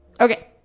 Okay